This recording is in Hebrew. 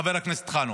חבר הכנסת חנוך,